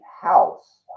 House